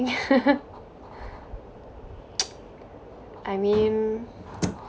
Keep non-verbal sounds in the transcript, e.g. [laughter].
[laughs] [noise] I mean